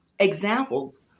examples